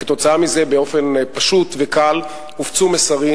וכתוצאה מזה באופן פשוט וקל הופצו מסרים